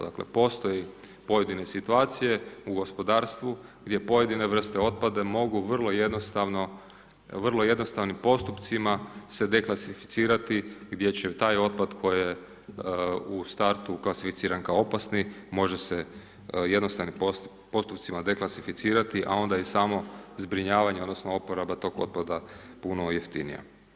Dakle postoje pojedine situacije u gospodarstvu gdje pojedine vrste otpada mogu vrlo jednostavnim postupcima se deklasificirati gdje će taj otpad koji je u startu klasificiran kao opasni može se jednostavnim postupcima deklasificirati a onda i samo zbrinjavanje, odnosno oporaba tog otpada puno jeftinija.